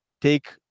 take